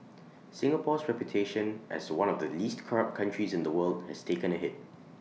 Singapore's reputation as one of the least corrupt countries in the world has taken A hit